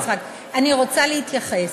אני רוצה להתייחס.